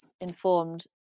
informed